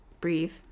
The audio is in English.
breathe